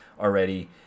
already